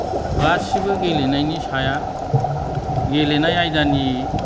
गासिबो गेलेनायनि साया गेलेनाय आयदानि